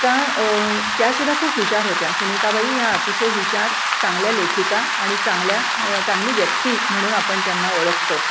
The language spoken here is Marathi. का त्यासुद्धा खूप हुशार होत्या सुनीताबाई ह्या अतिशय हुशार चांगल्या लेखिका आणि चांगल्या चांगली व्यक्ती म्हणून आपण त्यांना ओळखतो